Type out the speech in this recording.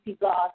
God